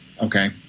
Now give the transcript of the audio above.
Okay